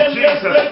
Jesus